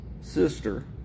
sister